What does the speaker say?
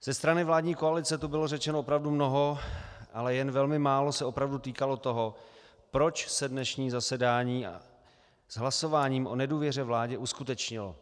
Ze strany vládní koalice tu bylo řečeno opravdu mnoho, ale jen velmi málo se opravdu týkalo toho, proč se dnešní zasedání s hlasováním o nedůvěře vládě uskutečnilo.